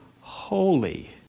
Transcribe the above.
holy